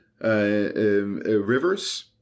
rivers